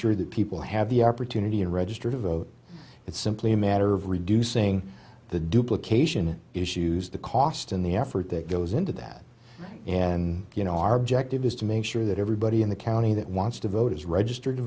sure that people have the opportunity to register to vote it's simply a matter of reducing the duplications issues the cost in the effort that goes into that you know our objective is to make sure that everybody in the county that wants to vote is registered to